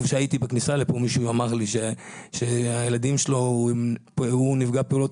בכניסה לפה מישהו אמר לי שהוא נפגע פעולות